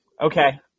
okay